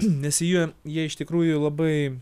nes jie jie iš tikrųjų labai